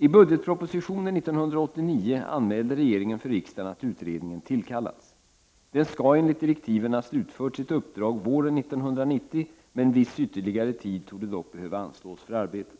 I budgetpropositionen 1989 anmälde regeringen för riksdagen att utredningen tillkallats. Den skall enligt direktiven ha slutfört sitt uppdrag våren 1990, men viss ytterligare tid torde dock behöva anslås för arbetet.